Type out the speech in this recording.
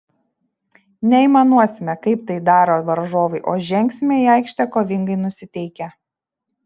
neaimanuosime kaip tai daro varžovai o žengsime į aikštę kovingai nusiteikę